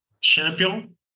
champion